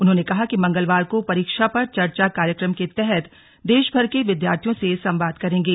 उन्होंने कहा कि मंगलवार को परीक्षा पर चर्चा कार्यक्रम के तहत देशभर के विद्यार्थियों से संवाद करेंगे